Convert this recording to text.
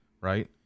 Right